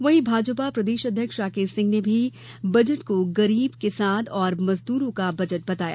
वहीं भाजपा प्रदेश अध्यक्ष राकेश सिंह ने भी बजट को गरीब किसान और मजदूरों का बजट बताया